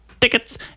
tickets